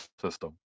system